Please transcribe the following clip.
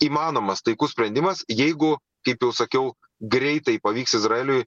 įmanomas taikus sprendimas jeigu kaip jau sakiau greitai pavyks izraeliui